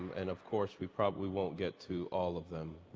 and of course we probably won't get to all of them.